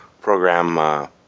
program